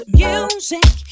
music